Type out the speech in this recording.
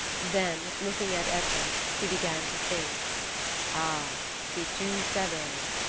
then, looking at edna, he began to sing ah! si tu savais!